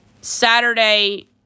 Saturday